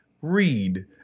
read